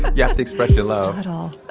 yeah to express your love subtle